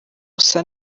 gusa